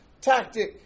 tactic